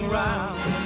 round